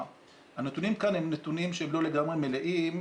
הנתונים כאן הם נתונים שהם לא לגמרי מלאים,